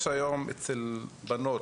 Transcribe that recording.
יש היום אצל בנות,